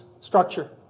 structure